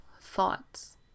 thoughts